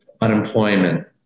unemployment